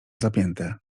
zapięte